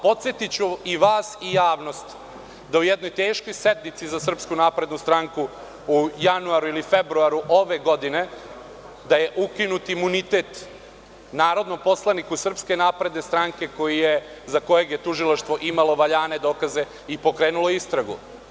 Podsetiću i vas i javnost, da u jednoj teškoj sednici za Srpsku naprednu stranku u januaru ili februaru ove godine, da je ukinut imunitet narodnom poslaniku Srpske napredne stranke za kojeg je tužilaštvo imalo valjane dokaze i pokrenulo istragu.